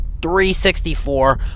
364